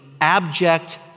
abject